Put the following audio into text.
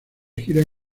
gira